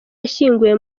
yashyinguwe